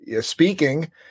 Speaking